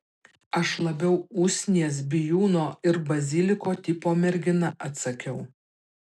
aš labiau usnies bijūno ir baziliko tipo mergina atsakiau